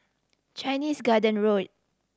Chinese Garden Road